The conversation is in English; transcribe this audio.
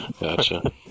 Gotcha